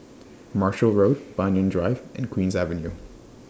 Marshall Road Banyan Drive and Queen's Avenue